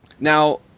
Now